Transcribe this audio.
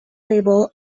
label